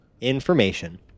information